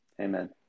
amen